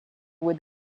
with